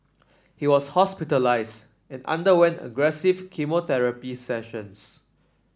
he was hospitalised and underwent aggressive chemotherapy sessions